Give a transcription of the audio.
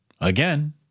Again